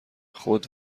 خود